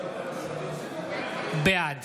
בעד